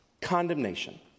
condemnation